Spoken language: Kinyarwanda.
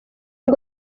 ngo